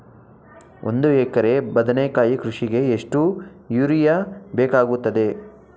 ಒಂದು ಎಕರೆ ಬದನೆಕಾಯಿ ಕೃಷಿಗೆ ಎಷ್ಟು ಯೂರಿಯಾ ಬೇಕಾಗುತ್ತದೆ?